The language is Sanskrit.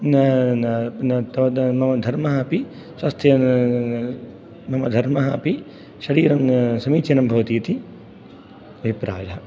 न न मम धर्मः अपि स्वास्थेन मम धर्मः अपि शरीरं समीचीनं भवति इति अभिप्रायः